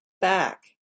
back